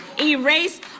erase